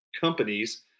companies